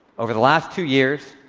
over the last two years,